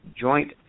joint